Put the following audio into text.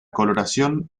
coloración